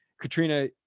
Katrina